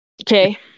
okay